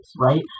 right